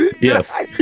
Yes